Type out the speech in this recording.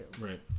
right